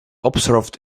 observed